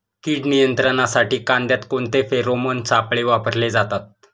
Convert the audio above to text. कीड नियंत्रणासाठी कांद्यात कोणते फेरोमोन सापळे वापरले जातात?